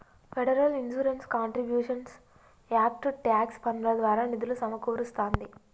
federal insurance contributions act tax పన్నుల ద్వారా నిధులు సమకూరుస్తాంది